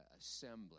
assembly